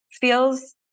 feels